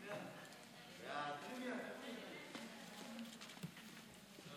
הודעת הממשלה על צירוף שר לממשלה נתקבלה.